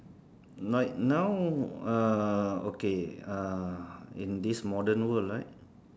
like now ah okay uh in this modern world right